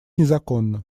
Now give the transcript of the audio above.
незаконна